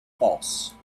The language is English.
false